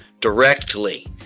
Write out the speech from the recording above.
directly